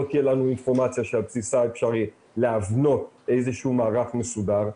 תהיה אינפורמציה שעל בסיסה אפשר יהיה להבנות איזה שהוא מערך מסודר,